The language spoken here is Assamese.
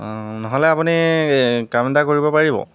অ' নহ'লে আপুনি কাম এটা কৰিব পাৰিব